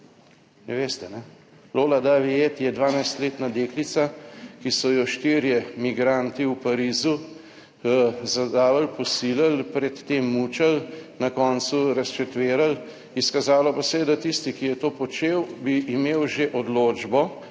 Ne veste. Lola Daviet je 12-letna deklica, ki so jo štirje migranti v Parizu zadavili, posilili, pred tem mučili, na koncu razčetverili, izkazalo pa se je, da tisti, ki je to počel, bi imel že odločbo,